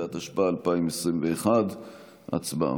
11), התשפ"א 2021. הצבעה.